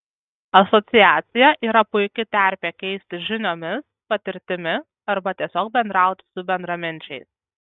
asociacija yra puiki terpė keistis žiniomis patirtimi arba tiesiog bendrauti su bendraminčiais